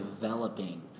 developing